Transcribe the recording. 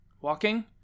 walking